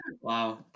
Wow